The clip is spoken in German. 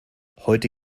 heute